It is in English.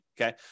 okay